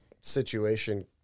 situation